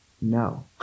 No